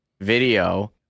video